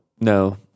No